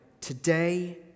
today